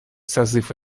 созыв